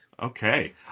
Okay